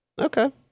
Okay